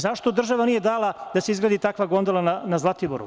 Zašto država nije dala da se izgradi takva gondola na Zlatiboru?